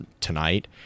tonight